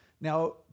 Now